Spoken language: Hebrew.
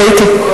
טעיתי.